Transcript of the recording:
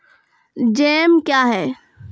Jam क्या हैं?